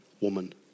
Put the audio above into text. woman